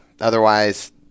Otherwise